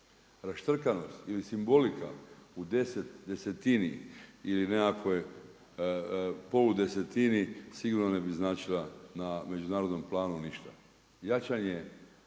Raštrkanost ili simbolika u desetini ili nekakvoj poludesetini sigurno ne bi značila na međunarodnom planu ništa. Jačanje